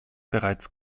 bereits